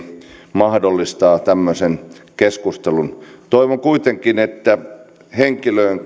mahdollistaa tämmöisen keskustelun toivon kuitenkin että henkilöön